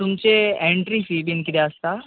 तुमचे entry fee बीन कितें आसता